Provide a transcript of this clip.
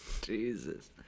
Jesus